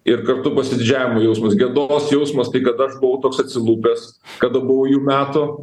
ir kartu pasididžiavimo jausmas gėdos jausmas tai kad aš buvau toks atsilupęs kada buvau jų metų